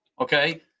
okay